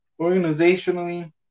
organizationally